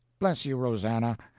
bless you, rosannah,